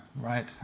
right